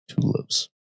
Tulips